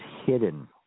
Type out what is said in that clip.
hidden